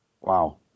wow